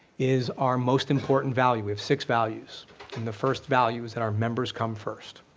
is our most important value. we have six values and the first value is that our members come first.